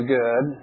good